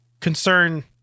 concern